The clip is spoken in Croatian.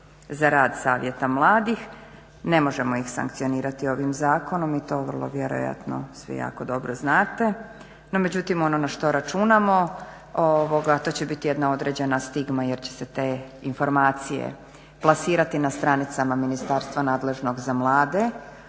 za rad savjeta mladih ne možemo ih sankcionirati ovim zakonom i to vrlo vjerojatno svi jako dobro znate, no međutim ono na što računamo to će biti jedna određena stigma jer će se te informacije plasirati na stranicama ministarstva nadležnog za mlade,